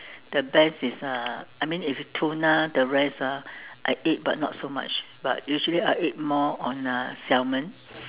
the best is uh I mean if tuna the rest ah I eat but not so much but usually I eat more on uh salmon